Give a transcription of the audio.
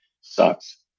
sucks